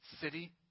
city